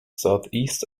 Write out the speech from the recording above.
southeast